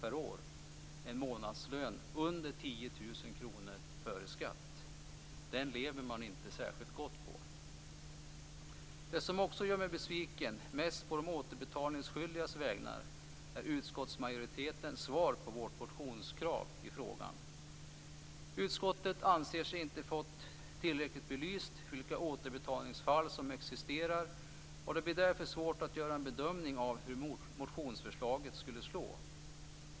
Det är en månadslön under 10 000 kr före skatt. Den lever man inte särskilt gott på. Det som också gör mig besviken, mest på de återbetalningsskyldigas vägnar, är utskottsmajoritetens svar på vårt motionskrav i frågan. Utskottet anser sig inte ha fått tillräckligt belyst vilka återbetalningsfall som existerar. Det blir därför svårt att göra en bedömning av hur motionsförslaget skulle slå.